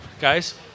guys